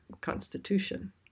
constitution